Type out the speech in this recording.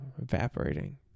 evaporating